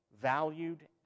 valued